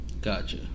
Gotcha